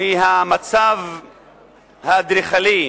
מהמצב האדריכלי,